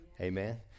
Amen